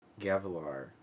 Gavilar